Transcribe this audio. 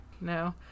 No